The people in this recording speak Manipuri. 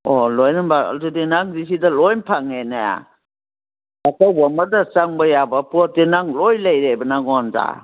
ꯑꯣ ꯂꯣꯏꯅꯃꯛ ꯑꯗꯨꯗꯤ ꯅꯪꯒꯤꯁꯤꯗ ꯂꯣꯏꯅ ꯐꯪꯉꯦꯅꯦ ꯆꯥꯛꯀꯧꯕ ꯑꯃꯗ ꯆꯪꯕ ꯌꯥꯕ ꯄꯣꯠꯇꯤ ꯅꯪ ꯂꯣꯏꯅ ꯂꯩꯔꯦꯕ ꯅꯪꯉꯣꯟꯗ